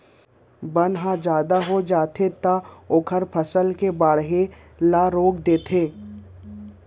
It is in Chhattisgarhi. बन ह जादा हो जाथे त ओहर फसल के बाड़गे ल रोक देथे